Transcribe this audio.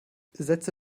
setze